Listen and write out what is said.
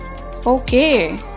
Okay